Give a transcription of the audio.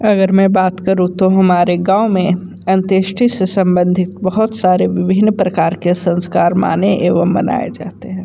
अगर मैं बात करूँ तो हमारे गाँव में अंत्येष्टि से सम्बंधित बहुत सारे विभिन्न प्रकार के संस्कार माने एवं मनाए जाते हैं